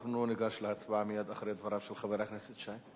אנחנו ניגש להצבעה מייד אחרי דבריו של חבר הכנסת שי.